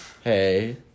Hey